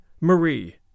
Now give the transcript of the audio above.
Marie